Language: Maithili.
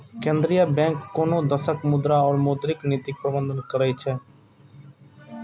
केंद्रीय बैंक कोनो देशक मुद्रा और मौद्रिक नीतिक प्रबंधन करै छै